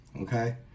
okay